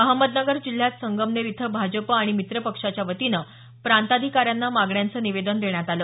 अहमदनगर जिल्ह्यात संगमनेर इथं भाजप आणि मित्र पक्षाच्या वतीनं प्रांताधिकाऱ्यांना मागण्यांचं निवेदन देण्यात आलं